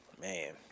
Man